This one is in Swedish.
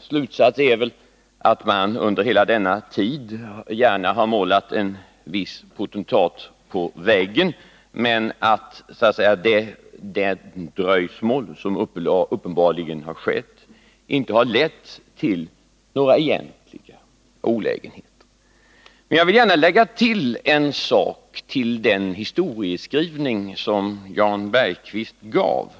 slutsats är att man under hela denna tid gärna har målat en viss potentat på väggen men att det dröjsmål som uppenbarligen har förekommit inte har lett till några egentliga olägenheter. Men jag vill gärna tillägga en sak till den historieskrivning som Jan Bergqvist gjorde.